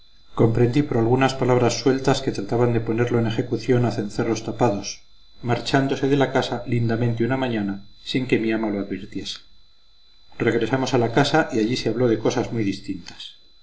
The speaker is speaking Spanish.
comprendí por algunas palabras sueltas que trataban de ponerlo en ejecución a cencerros tapados marchándose de la casa lindamente una mañana sin que mi ama lo advirtiese regresamos a la casa y allí se habló de cosas muy distintas